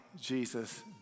Jesus